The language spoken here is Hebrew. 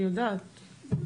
אני יודעת.